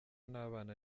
nabana